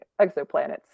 exoplanets